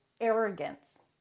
arrogance